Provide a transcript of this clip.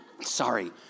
sorry